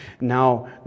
Now